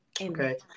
Okay